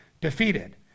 defeated